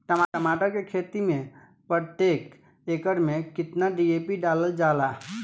टमाटर के खेती मे प्रतेक एकड़ में केतना डी.ए.पी डालल जाला?